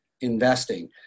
investing